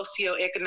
socioeconomic